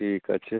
ঠিক আছে